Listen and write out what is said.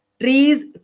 trees